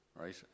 right